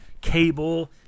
cable